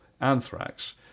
anthrax